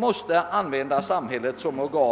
måste lösas genom samhällets försorg.